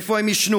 איפה הם יישנו?